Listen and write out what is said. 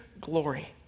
Glory